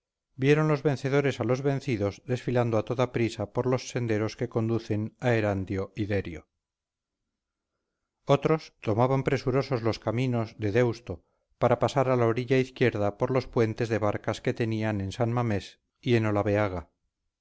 vieron los vencedores a los vencidos desfilando a toda prisa por los senderos que conducen a erandio y derio otros tomaban presurosos los caminos de deusto para pasar a la orilla izquierda por los puentes de barcas que tenían en san mamés y en